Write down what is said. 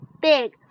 big